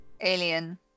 Alien